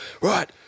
Right